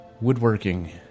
woodworking